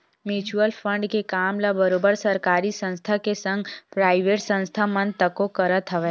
mutual fund के काम ल बरोबर सरकारी संस्था के संग पराइवेट संस्था मन तको करत हवय